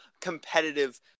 competitive